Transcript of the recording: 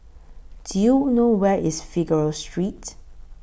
Do YOU know Where IS Figaro Street